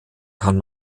kann